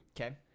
Okay